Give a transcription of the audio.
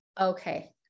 okay